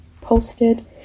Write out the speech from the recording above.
posted